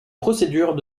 procédure